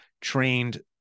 trained